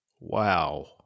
Wow